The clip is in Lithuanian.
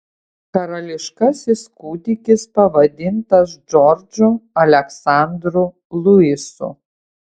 karališkasis kūdikis pavadintas džordžu aleksandru luisu